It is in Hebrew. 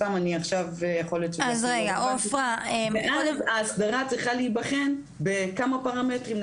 סתם אני עכשיו -- -ואז האסדרה צריכה להבחן בכמה פרמטרים.